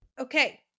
Okay